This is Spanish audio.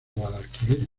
guadalquivir